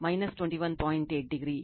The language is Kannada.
ಆದ್ದರಿಂದ ಅದು 21